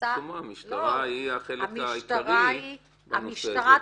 המשטרה היא החלק העיקרי בנושא הזה.